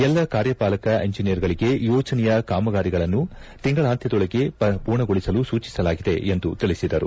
ಎಲ್ಲ ಕಾರ್ಯಪಾಲಕ ಇಂಜಿನಿಯರ್ಗಳಿಗೆ ಯೋಜನೆಯ ಕಾಮಗಾರಿಗಳನ್ನು ತಿಂಗಳಾಂತ್ಯದೊಳಗೆ ಮೂರ್ಣಗೊಳಿಸಲು ಸೂಚಿಸಲಾಗಿದೆ ಎಂದು ತಿಳಿಸಿದರು